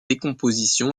décomposition